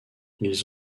ils